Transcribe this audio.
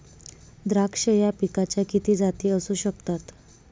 द्राक्ष या पिकाच्या किती जाती असू शकतात?